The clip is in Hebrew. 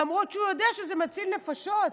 למרות שהוא יודע שזה מציל נפשות,